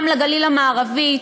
גם לגליל המערבי,